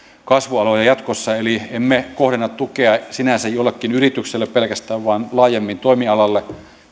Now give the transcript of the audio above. kasvualoja jatkossa eli emme kohdenna tukea sinänsä pelkästään jollekin yritykselle vaan laajemmin toimialalle